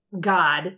God